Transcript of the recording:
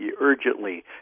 urgently